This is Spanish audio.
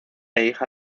hija